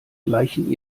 gleichen